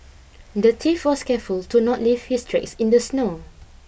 the thief was careful to not leave his tracks in the snow